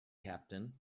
captain